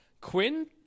Quinn